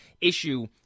issue